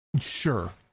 Sure